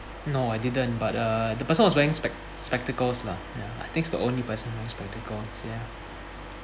no I didn't but uh the person was wearing spec~ spectacles lah ya I think there's only person wearing spectacles ya